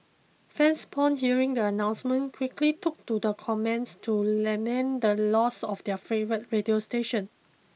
fans upon hearing the announcement quickly took to the comments to lament the loss of their favourite radio station